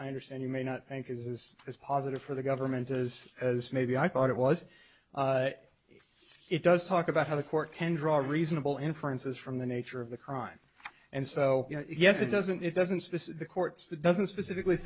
i understand you may not think is as positive for the government does as maybe i thought it was if it does talk about how the court can draw reasonable inferences from the nature of the crime and so yes it doesn't it doesn't this is the courts but doesn't specifically